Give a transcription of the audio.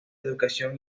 educación